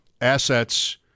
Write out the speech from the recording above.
assets